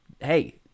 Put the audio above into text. hey